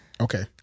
Okay